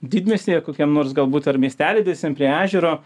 didmiestyje kokiam nors galbūt ar miestely didesniam prie ežero